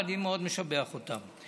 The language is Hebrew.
ואני מאוד משבח אותם.